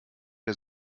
der